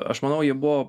aš manau jie buvo